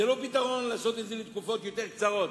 זה לא פתרון לעשות את זה לתקופות יותר קצרות.